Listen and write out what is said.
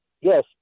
Yes